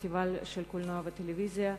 בפסטיבל של קולנוע וטלוויזיה,